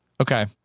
Okay